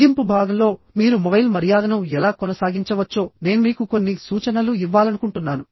ముగింపు భాగంలో మీరు మొబైల్ మర్యాదను ఎలా కొనసాగించవచ్చో నేను మీకు కొన్ని సూచనలు ఇవ్వాలనుకుంటున్నాను